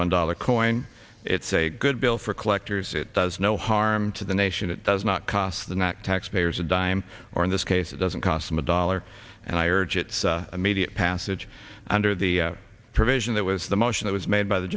one dollar coin it's a good bill for collectors it does no harm to the nation it does not cost the not taxpayers a dime or in this case it doesn't cost them a dollar and i urge its immediate passage under the provision that was the motion that was made by the